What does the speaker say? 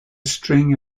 string